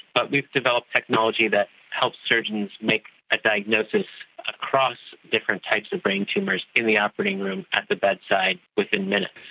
but we've developed technology that helps surgeons make a diagnosis across different types of brain tumours in the operating room, at the bedside, within minutes.